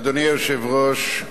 אדוני היושב-ראש,